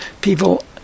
people